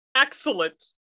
Excellent